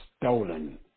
stolen